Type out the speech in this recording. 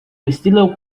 estilo